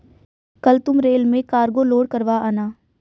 कल तुम रेल में कार्गो लोड करवा आना